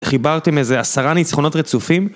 חיברתם איזה עשרה ניצחונות רצופים